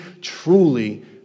truly